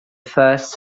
first